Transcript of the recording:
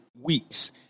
weeks